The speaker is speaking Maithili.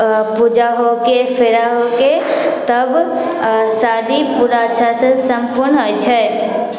पूजा होके फेरा होके तब शादी पूरा अच्छासँ सम्पन्न होइ छै